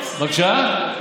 בבקשה?